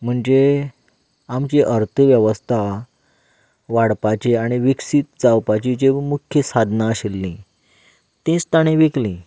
म्हणजे आमची अर्थवेवस्था वाडपाची आनी विकसीत जावपाची जीं मुख्य साधनां आशिल्लीं तींच ताणें विकलीं